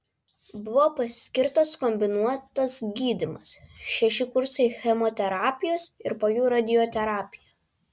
buvo paskirtas kombinuotas gydymas šeši kursai chemoterapijos ir po jų radioterapija